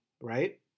right